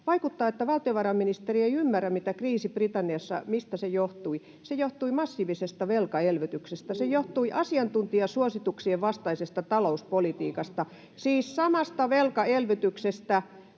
”Vaikuttaa, että valtiovarainministeri ei ymmärrä, mistä kriisi Britanniassa johtui. Se johtui massiivisesta velkaelvytyksestä, se johtui asiantuntijasuosituksien vastaisesta talouspolitiikasta” — siis samasta velkaelvytyksestä,